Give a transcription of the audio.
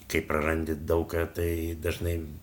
kai prarandi daug ką tai dažnai